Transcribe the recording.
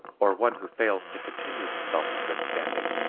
or one who fails to continue himself in good standing,